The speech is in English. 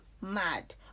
mad